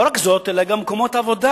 לא רק זאת, אלא גם מקומות עבודה.